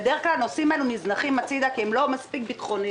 בדרך כלל הנושאים האלה נזנחים הצידה כי הם לא מספיק ביטחוניים,